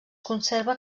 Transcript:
conserva